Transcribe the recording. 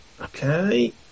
Okay